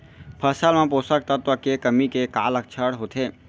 फसल मा पोसक तत्व के कमी के का लक्षण होथे?